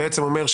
הוא בעצם אומר,